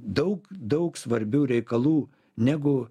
daug daug svarbių reikalų negu